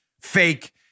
fake